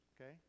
okay